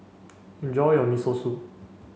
enjoy your Miso Soup